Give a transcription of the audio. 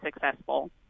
successful